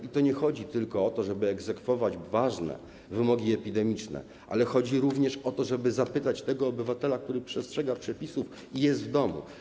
I to nie chodzi tylko o to, żeby egzekwować ważne wymogi epidemiczne, ale chodzi również o to, żeby zapytać tego obywatela, który przestrzega przepisów i jest w domu: